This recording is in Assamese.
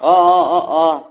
অঁ অঁ অঁ অঁ